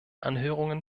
anhörungen